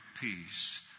peace